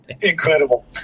Incredible